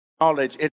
knowledge